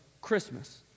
Christmas